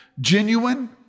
genuine